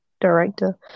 director